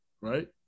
Right